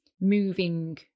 moving